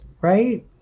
right